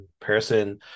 person